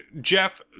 jeff